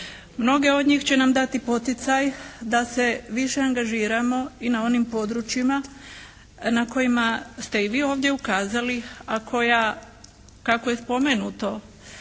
Mnoge od njih će nam dati poticaj da se više angažiramo i na onim područjima na kojima ste i vi ovdje ukazali, a koja kako je spomenuto